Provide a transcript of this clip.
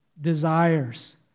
desires